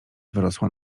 wyrosła